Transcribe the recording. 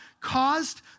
caused